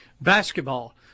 Basketball